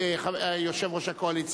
יושב-ראש הקואליציה,